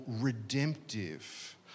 redemptive